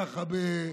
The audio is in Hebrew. ככה,